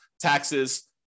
taxes